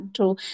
True